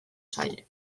zaie